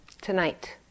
tonight